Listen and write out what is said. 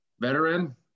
veteran